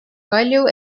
kalju